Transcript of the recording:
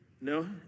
no